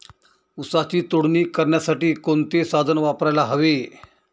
ऊसाची तोडणी करण्यासाठी कोणते साधन वापरायला हवे?